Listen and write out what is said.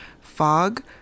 fog